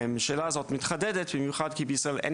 השאלה הזאת מתחדדת במיוחד כי בישראל אין